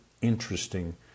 interesting